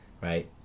right